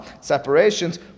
separations